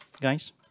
guys